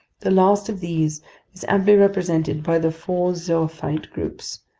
the last of these is amply represented by the four zoophyte groups,